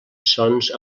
sons